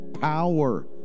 power